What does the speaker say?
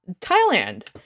Thailand